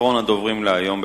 אחרון הדוברים להיום,